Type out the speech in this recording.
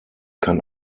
kann